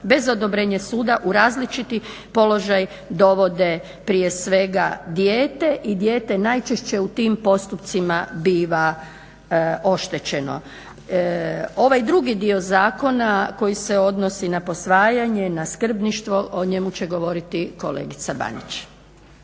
bez odobrenja suda u različiti položaj dovode prije svega dijete i dijete najčešće u tim postupcima biva oštećeno. Ovaj drugi dio zakona koji se odnosi na posvajanje, na skrbništvo o njemu će govoriti kolegica Banić.